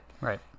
Right